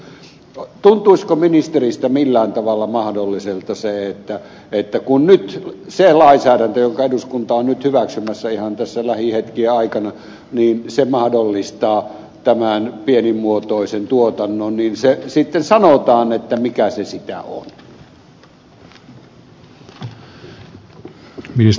tuntuisiko ministeristä millään tavalla mahdolliselta se että kun nyt se lainsäädäntö jonka eduskunta on nyt hyväksymässä ihan tässä lähihetkien aikana mahdollistaa tämän pienimuotoisen tuotannon sitten sanotaan mikä sitä on